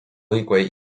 hikuái